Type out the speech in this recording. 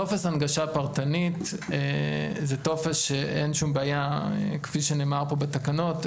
טופס הנגשה פרטנית זה טופס שאין שום בעיה כפי שנאמר פה בתקנות,